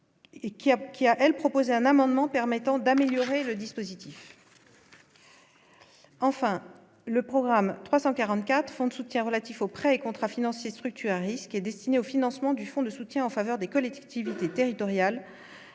qui a elle proposé un amendement permettant d'améliorer le dispositif. Enfin, le programme 344 fonds de soutien relatifs aux prêts contrats financiers structurés à risque et destiné au financement du fonds de soutien en faveur des collectivités territoriales